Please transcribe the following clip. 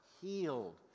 healed